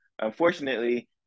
Unfortunately